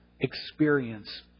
experience